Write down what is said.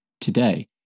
today